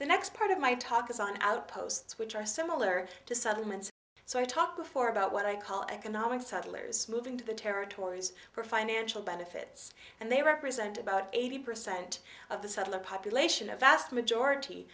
the next part of my talk is on outposts which are similar to settlements so i talked before about what i call economic settlers moving to the territories for financial benefits and they represent about eighty percent of the settler population a vast majority